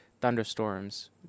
thunderstorms